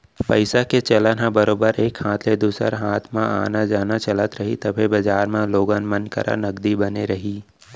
पइसा के चलन ह बरोबर एक हाथ ले दूसर हाथ म आना जाना चलत रही तभे बजार म लोगन मन करा नगदी बने रही